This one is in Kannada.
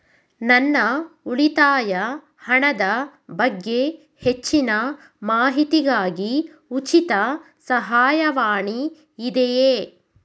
ನನ್ನ ಉಳಿತಾಯ ಹಣದ ಬಗ್ಗೆ ಹೆಚ್ಚಿನ ಮಾಹಿತಿಗಾಗಿ ಉಚಿತ ಸಹಾಯವಾಣಿ ಇದೆಯೇ?